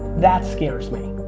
that scares me.